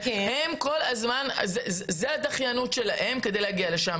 זאת הדחיינות שלהם כדי להגיע לשם.